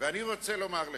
אני רוצה לומר לך,